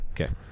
Okay